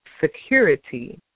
Security